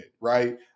right